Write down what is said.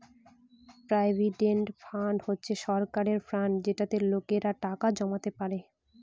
provident fund হচ্ছে সরকারের fund যেটাতে লোকেরা টাকা জমাতে পারে